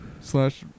Slash